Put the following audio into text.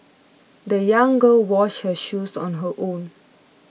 the young girl washed her shoes on her own